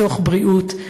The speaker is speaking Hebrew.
מתוך בריאות,